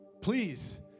Please